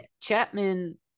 Chapman